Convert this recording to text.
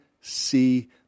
see